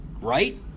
right